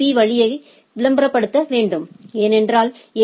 பீ வழிகளை விளம்பரப்படுத்த வேண்டும் ஏனென்றால் ஏ